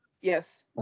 yes